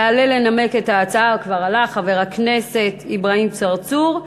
יעלה לנמק את ההצעה חבר הכנסת אברהים צרצור.